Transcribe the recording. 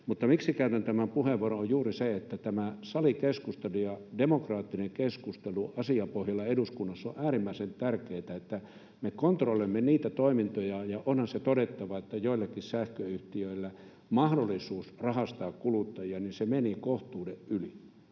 Mutta syy, miksi käytän tämän puheenvuoron, on juuri se, että tämä salikeskustelu, demokraattinen keskustelu asiapohjalla eduskunnassa, on äärimmäisen tärkeätä, että me kontrolloimme niitä toimintoja. Ja onhan se todettava, että joillekin sähköyhtiöille mahdollisuus rahastaa kuluttajia meni kohtuuden yli.